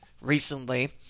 recently